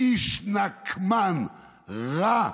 איש נקמן, רע,